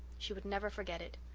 she would never forget it.